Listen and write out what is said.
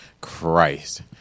Christ